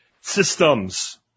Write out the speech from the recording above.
systems